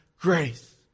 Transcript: grace